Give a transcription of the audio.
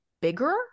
bigger